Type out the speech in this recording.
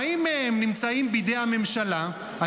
40 מהם נמצאים בידי הממשלה,